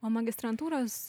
o magistrantūros